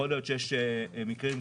יכול להיות שיש מקרים קיצוניים,